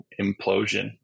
implosion